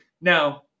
Now